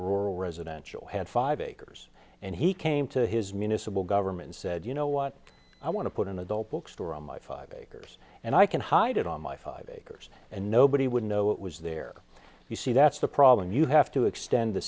rural residential had five acres and he came to his municipal government said you know what i want to put an adult bookstore on my five acres and i can hide it on my five acres and nobody would know it was there you see that's the problem you have to extend the